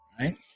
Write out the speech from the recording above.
right